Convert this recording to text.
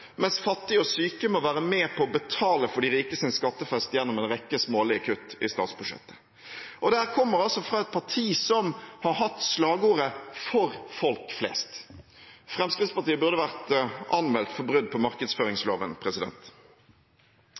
mens fattige og syke må være med på å betale for de rikes skattefest gjennom en rekke smålige kutt i statsbudsjettet, og det kommer fra et parti som har hatt slagordet «For folk flest». Fremskrittspartiet burde vært anmeldt for brudd på markedsføringsloven.